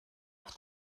auf